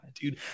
Dude